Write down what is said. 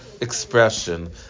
expression